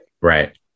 Right